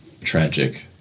tragic